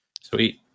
Sweet